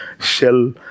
shell